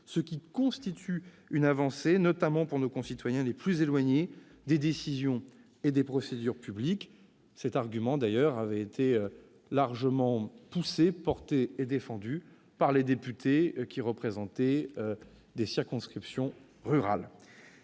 ce qui constitue une avancée, notamment pour nos concitoyens les plus éloignés des décisions et des procédures publiques. Cet argument avait au demeurant été largement porté et défendu par les députés représentant des circonscriptions rurales.